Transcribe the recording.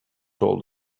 told